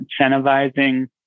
incentivizing